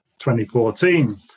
2014